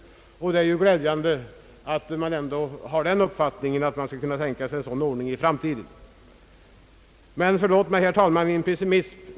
Det är ju glädjande att man ändå har den uppfattningen att en sådan ordning kan tänkas i framtiden. Men förlåt mig, herr talman, min pessimism!